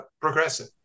progressive